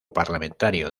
parlamentario